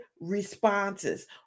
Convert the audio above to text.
responses